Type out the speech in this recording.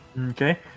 Okay